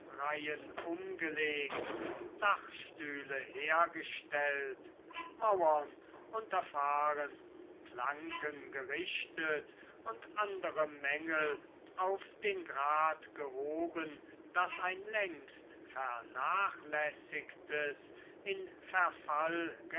dachreihen umgelegt dachstühle hergestellt mauern unterfahren planken gerichtet und andere mängel auf den grad gehoben daß ein längst vernachlässigtes in